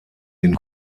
den